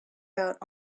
out